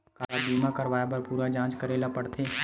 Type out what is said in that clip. का बीमा कराए बर पूरा जांच करेला पड़थे?